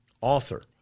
Author